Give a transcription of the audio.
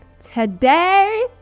Today